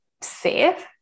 safe